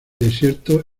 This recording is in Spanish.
desiertos